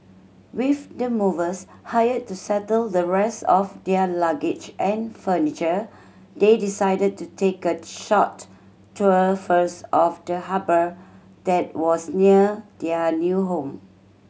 with the movers hired to settle the rest of their luggage and furniture they decided to take a short tour first of the harbour that was near their new home